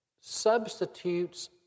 substitutes